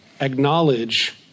acknowledge